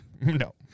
No